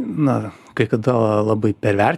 na kai kada labai perver